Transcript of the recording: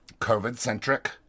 COVID-centric